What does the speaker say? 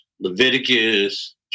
Leviticus